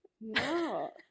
No